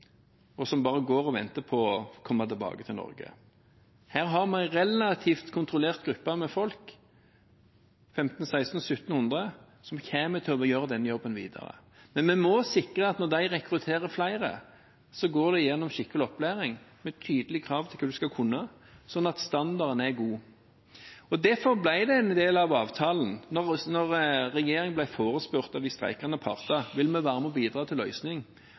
og som bare går og venter på å komme tilbake til Norge. Her har vi en relativt kontrollert gruppe med folk, 1 500, 1 600, 1 700, som kommer til å måtte gjøre den jobben videre. Men vi må sikre at når det rekrutteres flere, går de igjennom skikkelig opplæring med tydelige krav til hva de skal kunne, slik at standarden er god. Derfor ble det en del av avtalen når regjeringen ble forespurt av de streikende parter om den ville være med og bidra til en løsning.